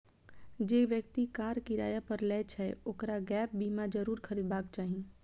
जे व्यक्ति कार किराया पर लै छै, ओकरा गैप बीमा जरूर खरीदबाक चाही